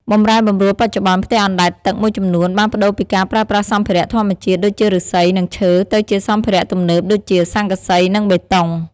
បម្រែបម្រួលបច្ចុប្បន្ន ផ្ទះអណ្ដែតទឹកមួយចំនួនបានប្ដូរពីការប្រើប្រាស់សម្ភារៈធម្មជាតិដូចជាឫស្សី និងឈើ ទៅជាសម្ភារៈទំនើបដូចជា ស័ង្កសី និងបេតុង។